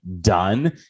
done